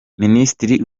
minisitiri